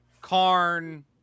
Karn